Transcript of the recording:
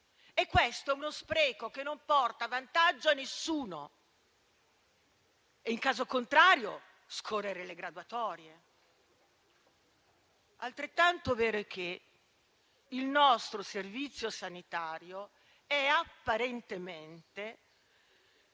e questo è uno spreco che non porta vantaggio a nessuno e in caso contrario, scorrere le graduatorie. Altrettanto vero è che il nostro servizio sanitario è apparentemente